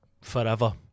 forever